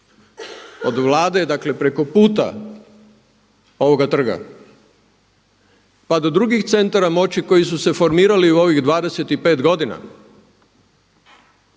od Vlade dakle preko puta ovoga trga pa do drugih centara moći koji su se formirali u ovih 25 godina